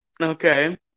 Okay